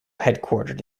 headquartered